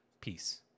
peace